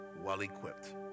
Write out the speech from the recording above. well-equipped